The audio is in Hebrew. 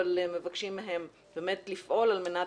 אבל מבקשים מהם באמת לפעול על מנת